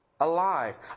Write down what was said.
alive